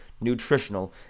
nutritional